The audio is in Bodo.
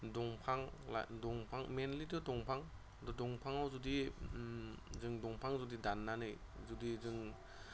बिफां मैनलिथ' बिफां त' बिफांआव जुदि जों बिफां जुदि दाननानै जुदि जों